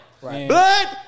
Blood